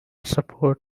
support